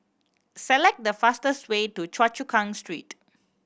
select the fastest way to Choa Chu Kang Street